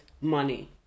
money